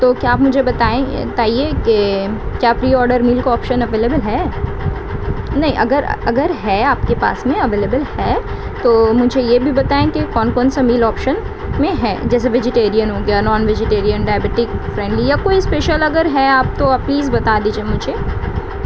تو کیا آپ مجھے بتائیں بتائیے کہ کیا پری آڈر میل کو آپشن اویلیبل ہے نہیں اگر اگر ہے آپ کے پاس میں اویلیبل ہے تو مجھے یہ بھی بتائیں کہ کون کون سا میل آپشن میں ہے جیسے ویجیٹیرین ہو گیا نان ویجیٹیرین ڈائبٹک فرینڈلی یا کوئی اسپیشل اگر ہے آپ تو آپ پلیز بتا دیجیے مجھے